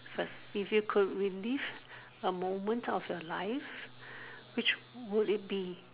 first if you could relive a moment of your life which would it be